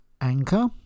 Anchor